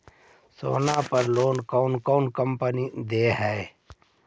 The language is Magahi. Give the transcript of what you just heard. सोना पर लोन कौन कौन कंपनी दे है?